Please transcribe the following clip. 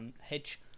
hedge